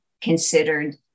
considered